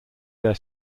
their